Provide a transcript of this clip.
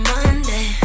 Monday